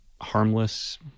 harmless